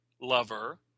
lover